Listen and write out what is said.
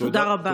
תודה רבה.